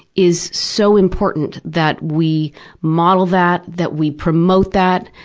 is so important that we model that, that we promote that,